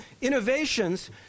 innovations